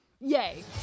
yay